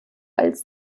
als